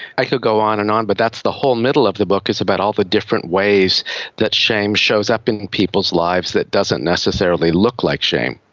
i could go on and on, but that the whole middle of the book is about all the different ways that shame shows up in people's lives that doesn't necessarily look like shame.